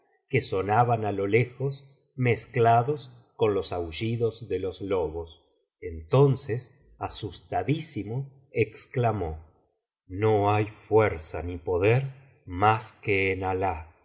que sonaban á lo lejos mezclados con los aullidos de los lobos entonces asustadísimo exclamó no hay fuerza ni poder mas que